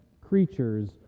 creatures